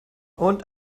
und